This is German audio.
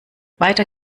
weiter